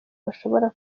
bashobora